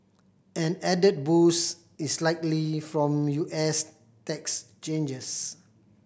an added boost is likely from U S tax changes